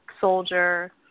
soldier